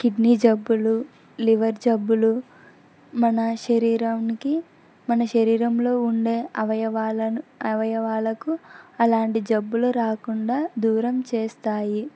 kidney జబ్బులు liver జబ్బులు మన శరీరానికి మన శరీరంలో ఉండే అవయవాలకు ఎలాంటి జబ్బులు రాకుండా దూరం చేస్తాయి